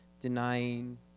denying